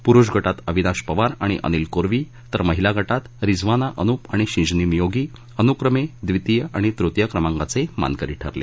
पुरूष गटात अविनाश पवार आणि अनिल कोरवी तर महिला गटात रिझवाना अनुप आणि शिंजनी मिओगी अनुक्रमे व्दितीय आणि तृतीय क्रमांकाचे मानकरी ठरले